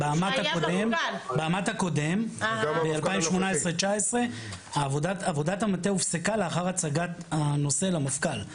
ב-2018 2019 עבודת המטה הופסקה לאחר הצגת הנושא למפכ"ל.